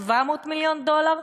700 מיליון דולר?